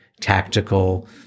tactical